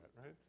right